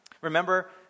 remember